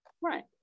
Right